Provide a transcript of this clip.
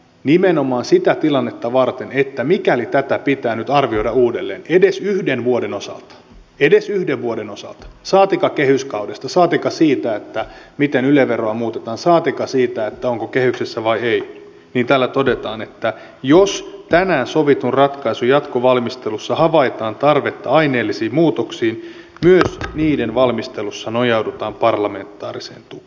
nimenomaan sitä tilannetta varten että mikäli tätä pitää arvioida uudelleen edes yhden vuoden osalta edes yhden vuoden osalta saatikka kehyskaudesta saatikka siitä miten yle veroa muutetaan saatikka siitä onko kehyksessä vai ei täällä todetaan että jos sovitun ratkaisun jatkovalmistelussa havaitaan tarvetta aineellisiin muutoksiin myös niiden valmistelussa nojaudutaan parlamentaariseen tukeen